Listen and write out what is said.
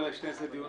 שלום